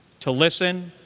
to listen